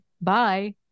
Bye